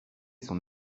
son